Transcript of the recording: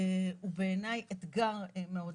הוא בעיניי אתגר מאוד משמעותי.